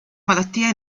malattia